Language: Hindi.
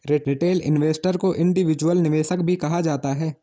रिटेल इन्वेस्टर को इंडिविजुअल निवेशक भी कहा जाता है